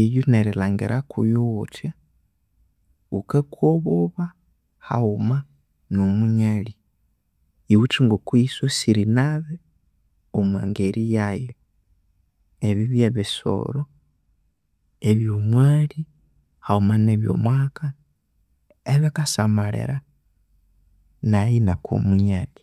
eyo nerilhangira kuyu wuthya wukakwa obuba haghuma no munyalhi, ebyo byebisoro ebyomwali haghuma nebyo mwaka ebya ngasamalhira naghe engakwa omunyali.